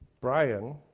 Brian